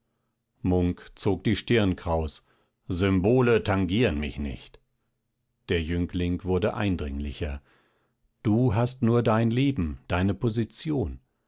munk zog die stirn kraus symbole tangieren mich nicht der jüngling wurde eindringlicher du hast nur dein leben deine position